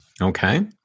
Okay